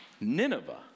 Nineveh